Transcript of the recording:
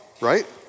right